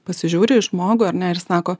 pasižiūri į žmogų ar ne ir sako